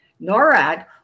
NORAD